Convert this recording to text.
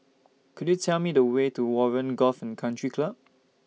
Could YOU Tell Me The Way to Warren Golf and Country Club